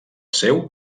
seu